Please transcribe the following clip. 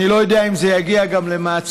אני לא יודע אם זה יגיע גם למעצר,